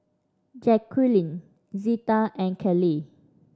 Jacqulyn Zeta and Kaley